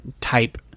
type